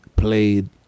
played